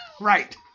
right